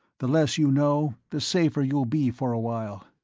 the less you know, the safer you'll be for a while.